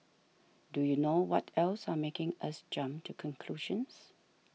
do you know what else are making us jump to conclusions